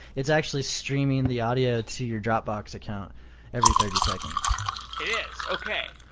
it's actually streaming the audio to your dropbox account every thirty seconds it is. okay.